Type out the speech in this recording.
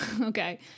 okay